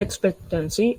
expectancy